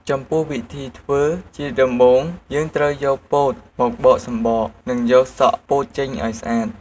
ចំពោះវិធីធ្វើ ជាដំបូងយើងត្រូវយកពោតមកបកសំបក និងយកសក់ពោតចេញឱ្យស្អាត។